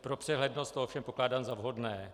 Pro přehlednost to ovšem pokládám za vhodné.